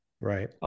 Right